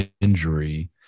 injury